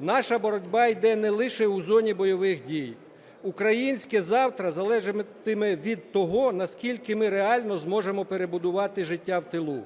Наша боротьба іде не лише у зоні бойових дій, українське завтра залежатиме від того, наскільки ми реально зможемо перебудувати життя в тилу,